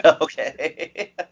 Okay